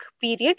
period